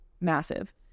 massive